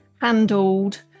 handled